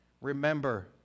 Remember